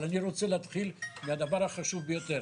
אבל אני רוצה להתחיל מהדבר החשוב ביותר.